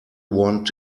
want